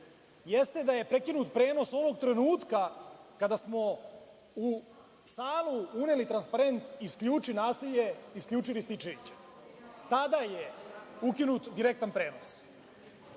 jeste da je prekinut prenos onog trenutka kada smo u salu uneli transparent „Isključi nasilje, isključi Rističevića“. Tada je ukinut direktan prenos. Kada